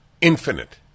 infinite